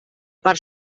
part